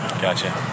gotcha